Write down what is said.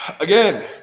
Again